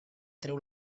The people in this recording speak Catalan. treu